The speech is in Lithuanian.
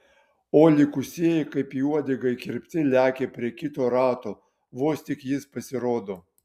o likusieji kaip į uodegą įkirpti lekia prie kito rato vos tik jis pasirodo